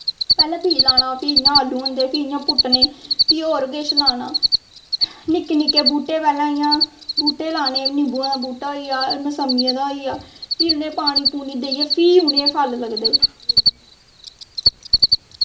पैह्लैं बीऽ लाना फ्ही इयां आलू होंदे फ्ही इयां पुट्टने फ्ही होर किश लाना निक्के निक्के बूह्टे पैह्लैं इयां बूह्टे लाने निम्बुएं सदा बूह्टा होईया मसम्मियें दा होईया फ्ही उनें पानी पूनी देइयै फ्ही उनें फल लगदे